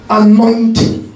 anointing